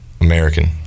American